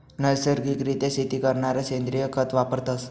नैसर्गिक रित्या शेती करणारा सेंद्रिय खत वापरतस